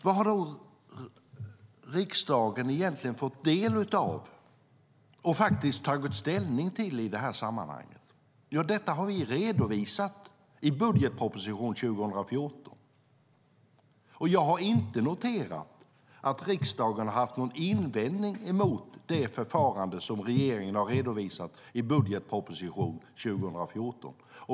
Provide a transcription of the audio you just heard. Vad har riksdagen då egentligen fått del av och faktiskt tagit ställning till i detta sammanhang? Jo, detta har vi redovisat i budgetpropositionen 2014. Jag har inte noterat att riksdagen har haft någon invändning mot det förfarande regeringen har redovisat i budgetpropositionen 2014.